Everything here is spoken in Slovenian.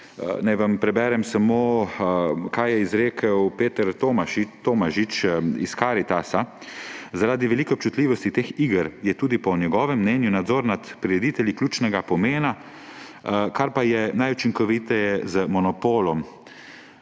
preberem samo, kaj je izrekel Peter Tomažič iz Karitasa. Zaradi velike občutljivosti teh iger je tudi po njegovem mnenju nadzor nad prireditelji ključnega pomena, kar pa je najučinkoviteje z monopolom.